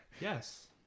Yes